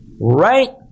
Right